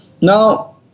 Now